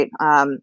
right